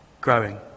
growing